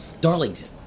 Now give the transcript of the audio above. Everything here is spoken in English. Darlington